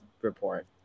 report